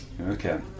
Okay